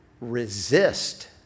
resist